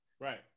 Right